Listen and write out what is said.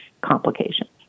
complications